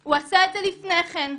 הוא עשה את זה לפני כן,